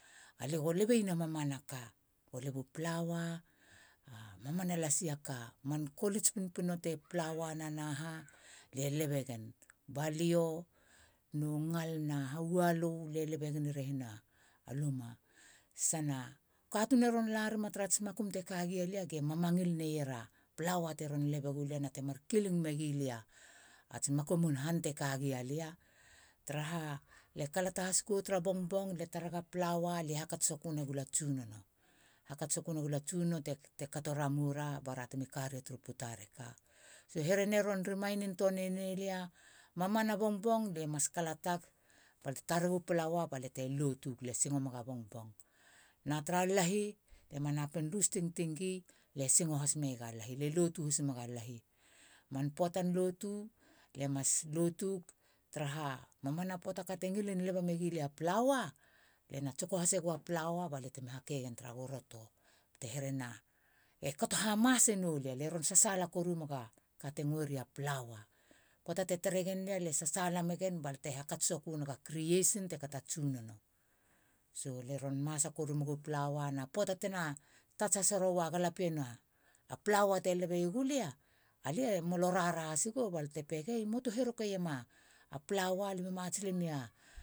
Alie go lebeien a mamanaka, go lebu plaua a mamana lasi a ka. Kolits pinopino te plauana na ha, lie lebe gen. Balio nu ngal na ualu alie lebe gen i rehina luma. Sana u katuun e ron lamma tara ats makum te ka gia lia, ge roron mamangil naier a man plaua tara ats makum te ka gia lia. Na te mar kiling menagi lia ats makumun han te ka gia lia. Taraha lie kalata has gou tara bongbong, lie tarega plaua, lie hakats sokö negula tsunono. Hakats sokö negula tsunono te kato ramoura bara temi karia turu puta reka. So e ron rimain töe ne nei lia mamana bongbong lie mas kalatag ba lia te tareg u plaua balia te lotug balia te singo meg a bongbong. Na tara lahi lie ma napin lus tingting gi, lie singo has meieg a lahi. Lie lotu has meg a lahi. Man pöatan lotu lie mas lotug taraha mamana pöata ka te ngilin leba megi lia a plaua, lie na tsoko hasegou a plaua batemi hakegen tara groto. Bate herena e kato hamase nou lia. Lie ro sasaala megen ba lia te hakats sokö neg a criesin te kata tsunono. So lien ron masa koru meieg u plaua na pöata tena tats hase ro galapien a plaua te lebe gulia, lie mölö raharaha has gou balia te peieg, ei e mua- mua tu herokeiem a plaua, limio ma atei sile milia.